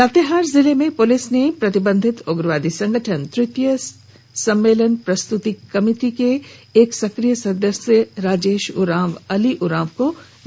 लातेहार जिले में पुलिस ने कल प्रतिबंधित उग्रवादी संगठन तृतीय सम्मेलन प्रस्तृति कमेटी के एक सक्रिय सदस्य राजेश उरांव अली उरांव को गिरफ्तार किया है